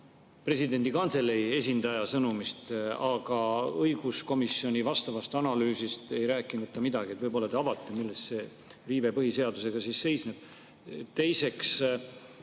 presidendi kantselei esindaja sõnumist, aga õiguskomisjoni vastavast analüüsist ei rääkinud ta midagi. Võib-olla te avate, milles see põhiseaduse riive siis seisneb? Teiseks,